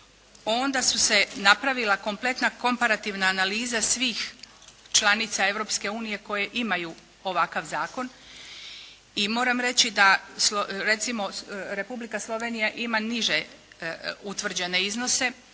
onda su se napravila kompletna komparativna analiza svih članica Europske unije koje imaju ovakav zakon i moram reći da recimo Republika Slovenija ima niže utvrđene iznose,